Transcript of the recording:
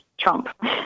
Trump